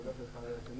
זה אחד אחרי השני.